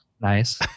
nice